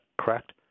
correct